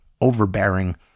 overbearing